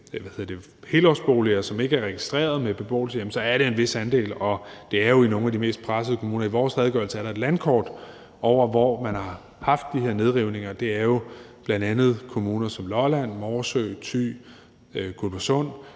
som ikke er registreret med beboelse, så er det en vis andel, og det er jo i nogle af de mest pressede kommuner. I vores redegørelse er der et landkort over, hvor man har haft de her nedrivninger, og det er jo bl.a. kommuner som Lolland, Morsø, Thy og Guldborgsund,